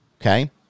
Okay